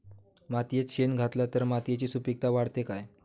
मातयेत शेण घातला तर मातयेची सुपीकता वाढते काय?